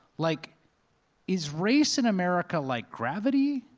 like is race in america like gravity,